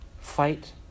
fight